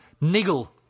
niggle